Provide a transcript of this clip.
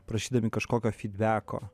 prašydami kažkokio fidbeko